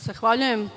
Zahvaljujem.